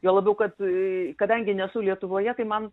juo labiau kad kadangi nesu lietuvoje tai man